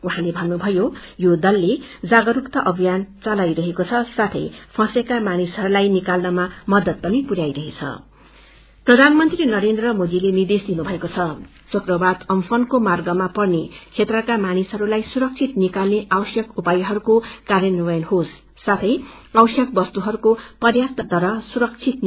उहाँले भन्नुभ्यो योदलले जागरूकता अभ्जियान चलाईरहेका छन् साथै फसेका मानिसहरूलाई निकाल्नमा मदद पुन्याईरहेछ प्रधानमंत्री नरेन्द्र मोदीले निर्देश दिनुभएको छ चक्रवात अमफनको मार्गमा पर्ने क्षेत्रका मानिसहरूलाई सुरक्षित निकाल्ने आवश्यक उपायहरूको कार्यान्वयन गरियोस साथै आवश्यक वस्तुहरूको पर्याप्त मात्राामा आपूर्ति सुनिश्चित गरियोस